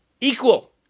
equal